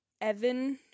Evan